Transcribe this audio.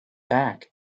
back